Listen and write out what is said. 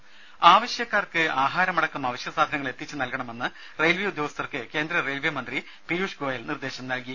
ദേദ ആവശ്യക്കാർക്ക് ആഹാരം അടക്കം അവശ്യ സാധനങ്ങൾ എത്തിച്ച് നൽകണമെന്ന് റെയിൽവേ ഉദ്യോഗസ്ഥർക്ക് കേന്ദ്ര റെയിൽ മന്ത്രി പിയൂഷ് ഗോയൽ നിർദ്ദേശം നൽകി